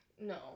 No